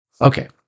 Okay